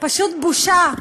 פשוט בושה.